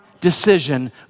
decision